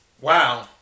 Wow